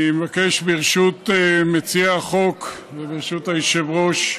אני מבקש, ברשות מציע החוק וברשות היושב-ראש,